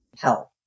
help